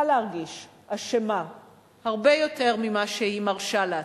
להרגיש אשמה הרבה יותר ממה שהיא מרשה לעצמה,